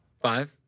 five